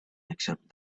except